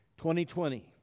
2020